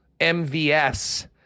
MVS